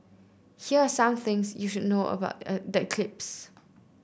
here are some things you should know about the eclipse